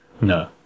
No